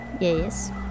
Yes